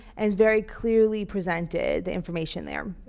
and very clearly presented, the information there.